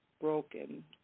broken